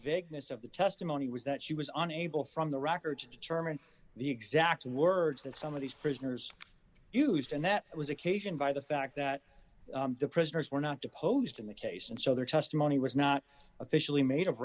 vagueness of the testimony was that she was unable from the records determine the exact words that some of these prisoners used and that it was occasioned by the fact that the prisoners were not deposed in the case and so their testimony was not officially made of